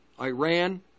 Iran